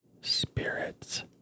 spirits